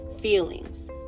feelings